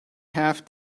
have